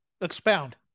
expound